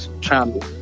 channel